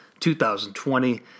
2020